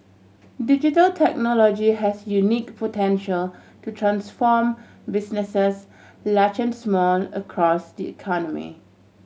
digital technology has unique potential to transform businesses large and small across the economy